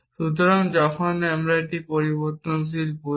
সুতরাং যখন আমরা একটি পরিবর্তনশীল বলি